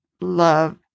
love